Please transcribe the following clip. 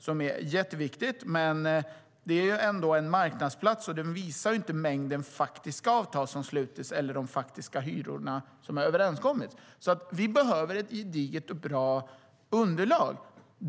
Det är jätteviktigt, men Blocket är en marknadsplats och visar inte mängden faktiska avtal som sluts eller de faktiska hyror som har överenskommits. Vi behöver alltså ett gediget och bra underlag.